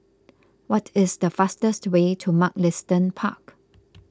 what is the fastest way to Mugliston Park